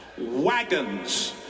wagons